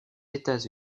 états